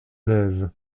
lèvent